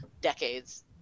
decades